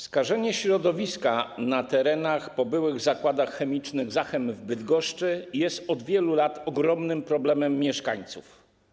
Skażenie środowiska na terenach po byłych Zakładach Chemicznych Zachem w Bydgoszczy jest od wielu lat ogromnym problemem mieszkańców.